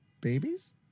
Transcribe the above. babies